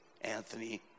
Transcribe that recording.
Anthony